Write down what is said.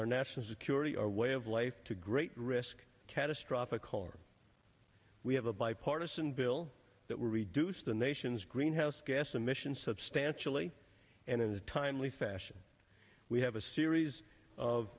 our national security our way of life to great risk catastrophic harm we have a bipartisan bill that will reduce the nation's greenhouse gas emissions substantially and in a timely fashion we have a series of